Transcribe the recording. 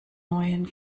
neuen